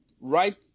right